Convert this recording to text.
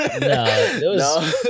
No